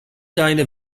deine